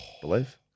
believe